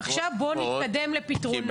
עכשיו בוא נתקדם לפתרונות.